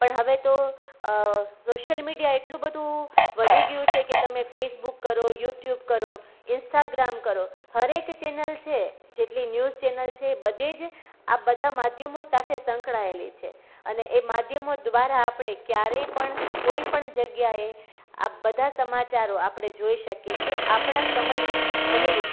પણ હવે તો સોશિયલ મીડિયા એટલું બધું વધી ગયું છે કે તમે ફેસબુક કરો યૂટ્યૂબ કરો ઇન્સ્ટાગ્રામ કરો હરેક ચેનલ છે જેટલી ન્યુઝ ચેનલ છે બધે જ આ બધા માધ્યમો સાથે સંકળાયેલી છે અને એ માધ્યમો દ્વારા આપણે ક્યારેય પણ કોઈપણ જગ્યાએ આ બધા સમાચારો આપણે જોઈ શકીએ છે આપણા સમય અનુરૂપ